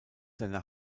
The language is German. seine